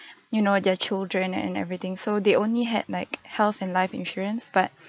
you know their children and everything so they only had like health and life insurance but